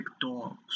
dogs